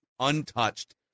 untouched